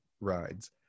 rides